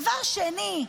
דבר שני,